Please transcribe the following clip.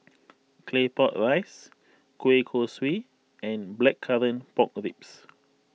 Claypot Rice Kueh Kosui and Blackcurrant Pork Ribs